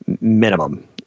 minimum